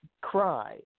cry